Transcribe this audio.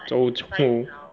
走走